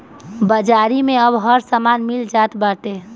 बाजारी में अब हर समान मिल जात बाटे